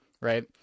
right